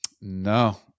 No